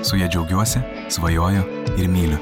su ja džiaugiuosi svajoju ir myliu